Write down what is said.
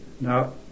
Now